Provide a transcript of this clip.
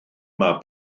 mae